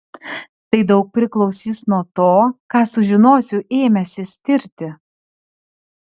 tai daug priklausys nuo to ką sužinosiu ėmęsis tirti